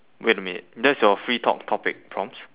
wait a minute that's your free top~ topic prompts